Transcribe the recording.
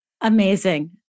Amazing